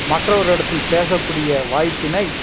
மற்ற ஒரு இடத்தில் பேசக்கூடிய வாய்ப்பினை